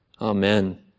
Amen